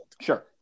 sure